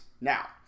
Now